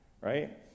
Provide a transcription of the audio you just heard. right